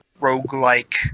roguelike